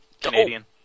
Canadian